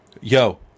yo